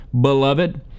Beloved